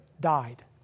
died